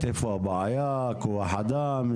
איפה הבעיה, כוח אדם,